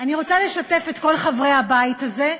אני רוצה לשתף את כל חברי הבית הזה,